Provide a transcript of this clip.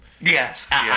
Yes